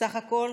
בסך הכול